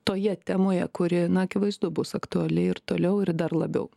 toje temoje kuri na akivaizdu bus aktuali ir toliau ir dar labiau